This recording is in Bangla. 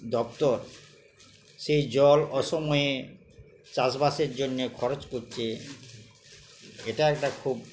দপ্তর সেই জল অসময়ে চাষবাসের জন্যে খরচ করছে এটা একটা খুব